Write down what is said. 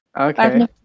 Okay